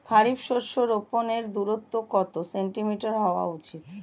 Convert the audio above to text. খারিফ শস্য রোপনের দূরত্ব কত সেন্টিমিটার হওয়া উচিৎ?